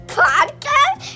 podcast